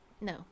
No